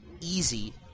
easy